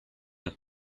back